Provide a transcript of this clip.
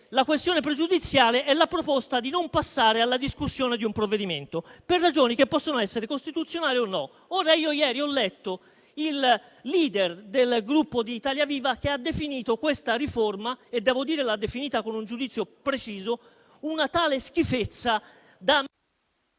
la questione pregiudiziale è la proposta di non passare alla discussione di un provvedimento, per ragioni che possono essere costituzionali o meno. Ho letto che il *leader* del Gruppo Italia Viva ha definito questa riforma con un giudizio preciso una tale schifezza da...